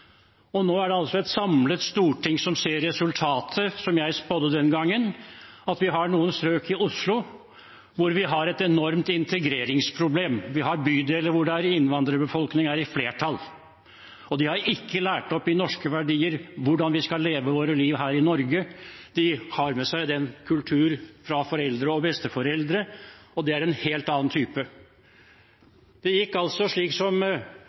og nå er det et samlet storting som ser resultatet av det som jeg spådde den gangen, at vi har noen strøk i Oslo hvor vi har et enormt integreringsproblem. Vi har bydeler hvor innvandrerbefolkningen er i flertall. De er ikke lært opp i norske verdier og i hvordan vi skal leve våre liv her i Norge. De har med seg sine foreldre og besteforeldres kultur, og den er en helt annen. Det gikk altså slik som